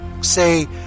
say